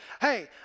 Hey